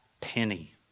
penny